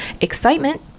excitement